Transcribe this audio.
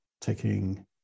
taking